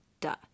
duh